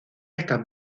están